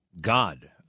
God